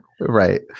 Right